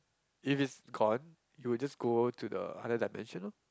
if is cone you will just go to the higher dimension lor